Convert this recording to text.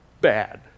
bad